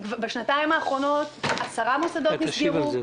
בשנתיים האחרונות עשרה מוסדות נסגרו,